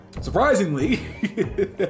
surprisingly